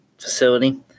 facility